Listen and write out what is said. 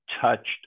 touched